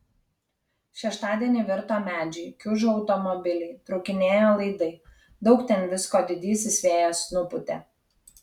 šeštadienį virto medžiai kiužo automobiliai trūkinėjo laidai daug ten visko didysis vėjas nupūtė